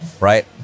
right